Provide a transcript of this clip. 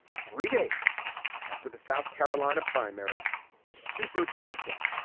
three days after the south carolina primary is super tuesday,